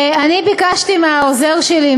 אני ביקשתי מהעוזר שלי,